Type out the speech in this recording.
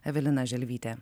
evelina želvytė